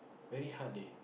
very hard leh